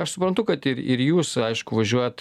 aš suprantu kad ir ir jūs aišku važiuojat